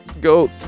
go